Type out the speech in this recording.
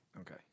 Okay